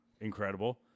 Incredible